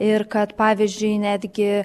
ir kad pavyzdžiui netgi